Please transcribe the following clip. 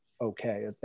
Okay